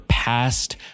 past